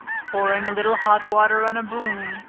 pouring a little hot water on a broom,